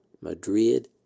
Madrid